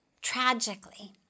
tragically